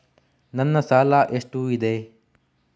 ನನ್ನ ಸಾಲ ಎಷ್ಟು ಇದೆ?